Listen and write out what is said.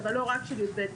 אבל לא רק של י"ב,